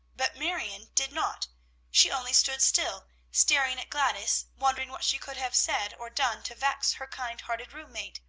but marion did not she only stood still, staring at gladys, wondering what she could have said or done to vex her kind-hearted room-mate.